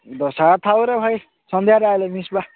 ଦୋସା ଥାଉରେ ଭାଇ ସନ୍ଧ୍ୟାରେ ଆସିଲେ ମିଶିବା